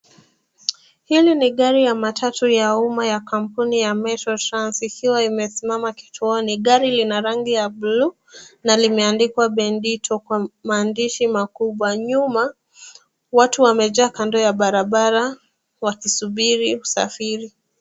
Hili ni gari ya matatu ya uma ya kampuni ya Metro Trans, ikiwaimesimama kituoni. Gari lina rangi ya blue na limeandikwa, BENDITO, kwa maandishi makubwa. Nyuma, watu wamejaa kando ya barabara wakisubri kusafiri.